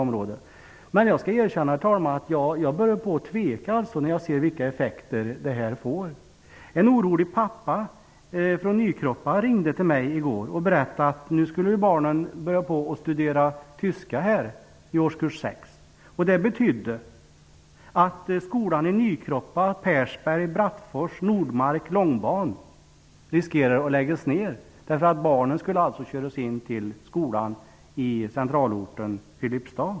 Men jag skall erkänna, herr talman, att jag börjar tveka när jag ser vilka effekter det får. En orolig pappa från Nykroppa ringde till mig i går och berättade att nu skall barnen börja studera tyska i årskurs sex. Det betyder att skolorna i Långban riskerar att läggas ner. Barnen skall alltså köras in till skolan i centralorten Filipstad.